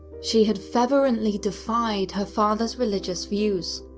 she had fervently defied her father's religious views,